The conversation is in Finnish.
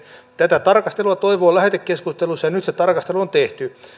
tätä tarkastelua toivoin lähetekeskustelussa ja nyt se tarkastelu on tehty